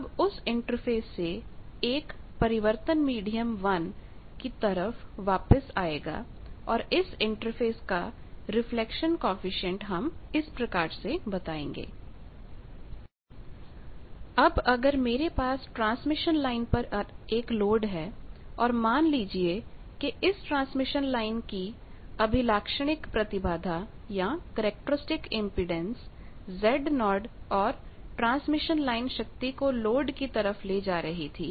अब उस इंटरफेस से एक परिवर्तन मीडियम 1 की तरफ वापस आएगा और इस इंटरफेस का रिफ्लेक्शन कॉएफिशिएंट हम इस प्रकार से बताएंगे Γ Z2−Z1 Z2Z1 अब अगर मेरे पास ट्रांसमिशन लाइन पर एक लोड है और मान लीजिए कि इस ट्रांसमिशन लाइन की करैक्टरस्टिक इंपेडेंस characteristic impedance अभिलाक्षणिक प्रतिबाधा Z0 और ट्रांसमिशन लाइन शक्ति को लोड की तरफ ले जा रही थी